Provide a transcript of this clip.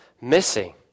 missing